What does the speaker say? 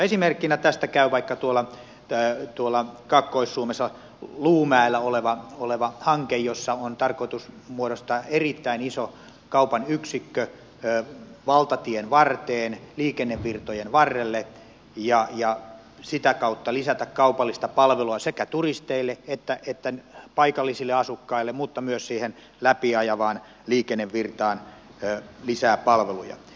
esimerkkinä tästä käy vaikka tuolla kaakkois suomessa luumäellä oleva hanke jossa on tarkoitus muodostaa erittäin iso kaupan yksikkö valtatien varteen liikennevirtojen varrelle ja sitä kautta lisätä kaupallista palvelua sekä turisteille että paikallisille asukkaille mutta myös siihen läpiajavaan liikennevirtaan lisää palveluja